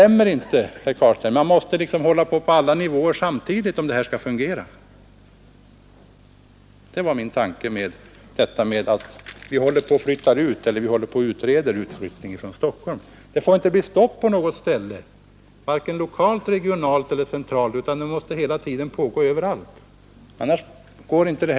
Man måste arbeta på alla nivåer samtidigt om det hela skall fungera. Det var min tanke när jag talade om att ”flytta ut” eller ”utreda om förflyttning” från Stockholm. Det får inte bli stopp på något ställe vare sig lokalt, regionalt eller centralt, utan rationaliseringarna måste hela tiden fortsätta överallt, annars går det inte ihop.